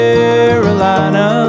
Carolina